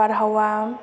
बारहावा